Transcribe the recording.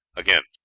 again,